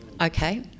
Okay